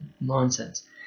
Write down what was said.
nonsense